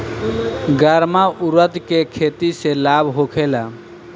गर्मा उरद के खेती से लाभ होखे ला?